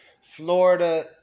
Florida